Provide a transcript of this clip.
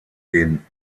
den